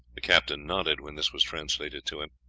the captain nodded when this was translated to him.